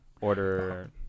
order